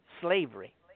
slavery